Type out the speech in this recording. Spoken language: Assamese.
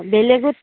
বেলেগত